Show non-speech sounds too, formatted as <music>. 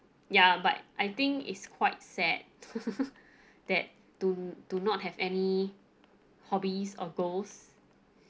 ya but I think it's quite sad <laughs> that do do not have any hobbies or goals